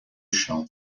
chão